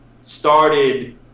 started